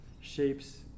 shapes